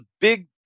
big